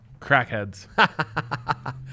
Crackheads